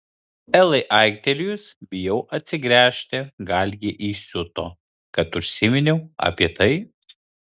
elai aiktelėjus bijau atsigręžti gal ji įsiuto kad užsiminiau apie tai